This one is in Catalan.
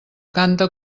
canta